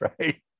right